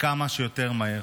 וכמה שיותר מהר.